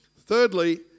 Thirdly